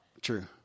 true